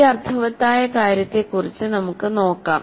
ഈ അർത്ഥവത്തായ കാര്യത്തെക്കുറിച്ച് നമുക്ക് നോക്കാം